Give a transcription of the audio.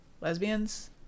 lesbians